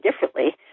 differently